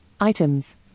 items